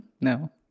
No